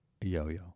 Yo-yo